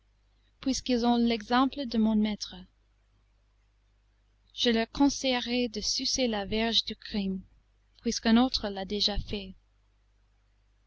puisqu'ils ont l'exemple de mon maître je leur conseillerai de sucer la verge du crime puisqu'un autre l'a déjà fait